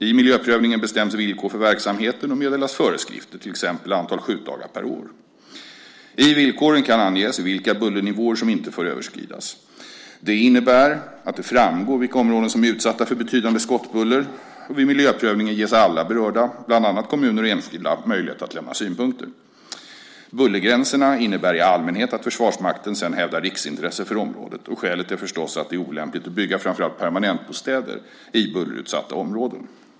I miljöprövningen bestäms villkor för verksamheten och meddelas föreskrifter, till exempel antal skjutdagar per år. I villkoren kan anges vilka bullernivåer som inte får överskridas. Det innebär att det framgår vilka områden som är utsatta för betydande skottbuller. Vid miljöprövningen ges alla berörda - bland andra kommuner och enskilda - möjlighet att lämna synpunkter. Bullergränserna innebär i allmänhet att Försvarsmakten sedan hävdar riksintresse för området. Skälet är förstås att det är olämpligt att bygga framför allt permanentbostäder i bullerutsatta områden.